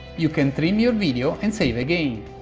you can trim your video, and save again.